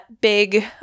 big